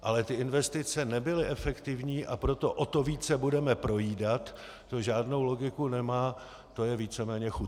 Ale ty investice nebyly efektivní, a proto o to více budeme projídat, to žádnou logiku nemá, to je víceméně chucpe.